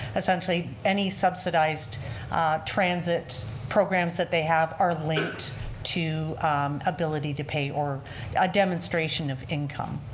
essentially any subsidized transit programs that they have are linked to ability to pay or demonstration of income.